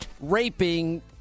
raping